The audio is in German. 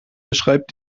beschreibt